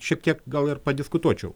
šiek tiek gal ir padiskutuočiau